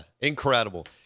Incredible